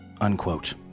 unquote